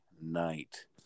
night